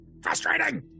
frustrating